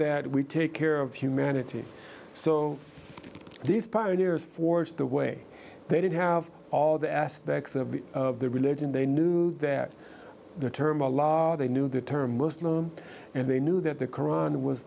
that we take care of humanity so these pioneers forged the way they did have all the aspects of the of the religion they knew that the term a lot they knew the term muslim and they knew that the koran was